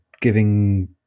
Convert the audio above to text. giving